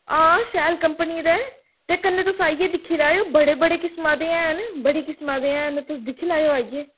हां Shell company दा ऐ ते कन्नै तुस आइयै दिक्खी लैएओ बड़े बड़े किस्मां दे हैन बड़े किस्मां दे हैन तुस दिक्खी लैएओ आइयै